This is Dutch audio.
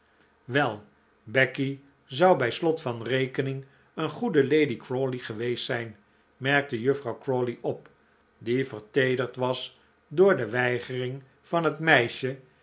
wel becky zou bij slot van rekening een goede lady crawley geweest zijn merkte juffrouw crawley op die verteederd was door de weigering van het meisje